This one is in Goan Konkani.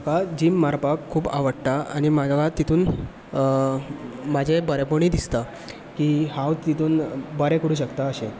म्हाका जीम मारपाक खूब आवडटा आनी म्हाका तितून बरेपणूय दिसता की हांव तितून बरें करूंक शकतां अशें